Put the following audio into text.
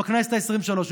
בכנסת העשרים-ושלוש.